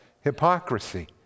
hypocrisy